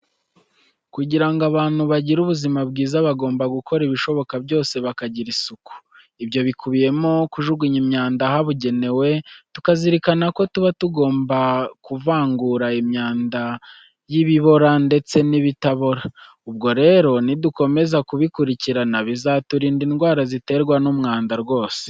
Kugira ngo abantu bagire ubuzima bwiza, bagomba gukora ibishoboka byose bakagira isuku. Ibyo bikubiyemo kujugunya imyanda ahabugenewe, tukazirikana ko tuba tugomba kuvangura imyanda y'ibibora ndetse n'ibitabora. Ubwo rero nidukomeza kubirikana bizaturinda indwara ziterwa n'umwanda rwose.